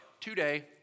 Today